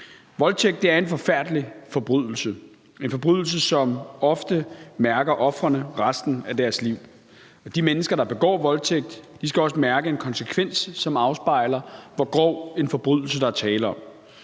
Voldtægt er en forfærdelig forbrydelse, en forbrydelse, som ofte mærker ofrene resten af deres liv. De mennesker, der begår voldtægt, skal også mærke en konsekvens, som afspejler, hvor grov en forbrydelse der er tale om.